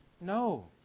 No